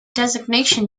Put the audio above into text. designation